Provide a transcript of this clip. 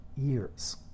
years